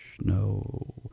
No